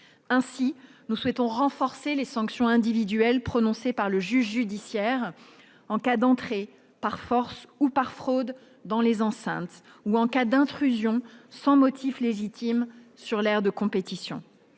Ainsi, nous souhaitons renforcer les sanctions individuelles prononcées par le juge judiciaire en cas d'entrée par force ou par fraude dans les enceintes, ou d'intrusion sans motif légitime sur l'aire de compétition.